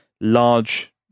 large